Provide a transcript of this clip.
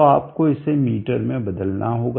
तो आपको इसे मीटर में बदलना होगा